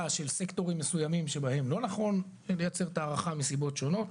של סקטורים מסוימים שבהם לא נכון לייצר את ההארכה מסיבות שונות.